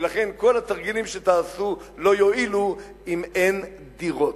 ולכן, כל התרגילים שתעשו לא יועילו אם אין דירות.